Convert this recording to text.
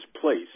place